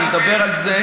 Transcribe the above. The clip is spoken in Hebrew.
ואני אדבר על זה,